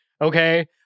Okay